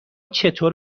چطور